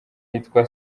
yitwa